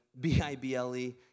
B-I-B-L-E